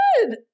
good